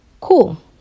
cool